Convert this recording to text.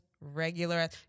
regular